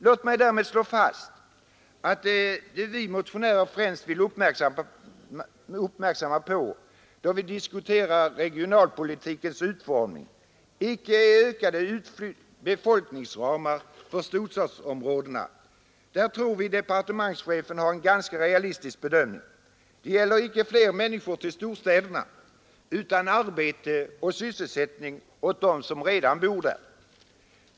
Låt mig därmed slå fast att det vi motionärer främst vill fästa uppmärksamheten på då vi diskuterar regionalpolitikens utformning icke är ökade befolkningsramar för storstadsområdena; där tror vi departementschefen har en ganska realistisk bedömning. Vad det gäller är icke fler människor till storstäderna, utan arbete och sysselsättning åt dem som redan bor där.